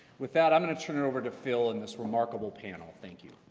with that, i'm going to turn it over to phil and this remarkable panel. thank you.